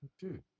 dude